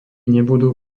nebudú